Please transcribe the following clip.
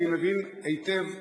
אני מבין היטב למה.